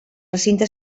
recinte